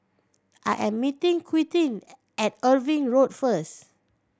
I am meeting Quintin at Irving Road first